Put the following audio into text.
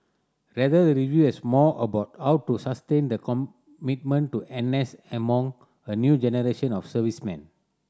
rather the review was more about how to sustain the commitment to N S among a new generation of servicemen